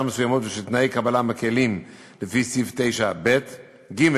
מסוימות ושל תנאי קבלה מקלים לפי סעיף 9(ב); "(ג)